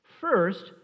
First